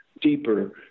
deeper